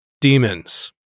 Demons